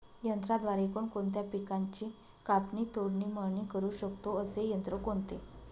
यंत्राद्वारे कोणकोणत्या पिकांची कापणी, तोडणी, मळणी करु शकतो, असे यंत्र कोणते?